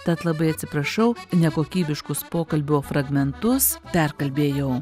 tad labai atsiprašau nekokybiškus pokalbio fragmentus perkalbėjau